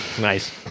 Nice